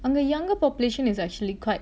அங்க:anga younger population is actually quite